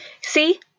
See